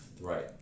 right